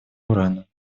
урана